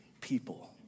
people